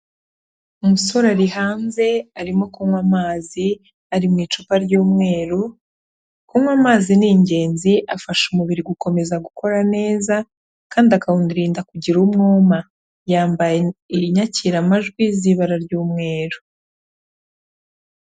Umusore ari hanze arimo kunywa amazi ari mu icupa ry'umweru, kunywa amazi ni ingenzi afasha umubiri gukomeza gukora neza kandi akawurinda kugira umwuma. Yambaye inyakiramajwi z'ibara ry'umweru.